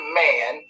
man